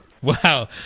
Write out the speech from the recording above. Wow